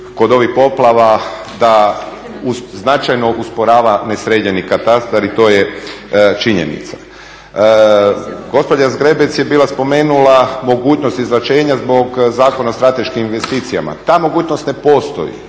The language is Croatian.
kod ovih poplava da značajno usporava nesređeni katastar i to je činjenica. Gospođa Zgrebec je bila spomenula mogućnost … zbog Zakona o strateškim investicijama, ta mogućnost ne postoji